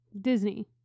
Disney